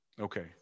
Okay